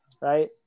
Right